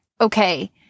okay